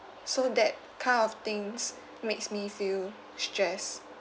so that kind of things makes me feel stress